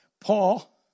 Paul